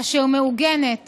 אשר מעוגנת